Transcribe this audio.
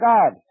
God